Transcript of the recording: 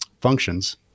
functions